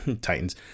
Titans